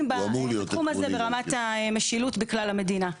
בתחום הזה ברמת המשילות בכלל המדינה.